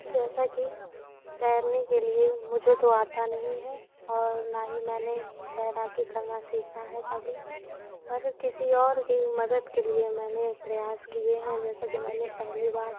जैसा कि तैरने के लिए मुझे तो आता नहीं है और ना ही मैंने तैराकी करना सीखा है कभी पर किसी और की मदद के लिए मैंने प्रयास किएं हैं जैसा कि मैंने पहली बार